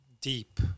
deep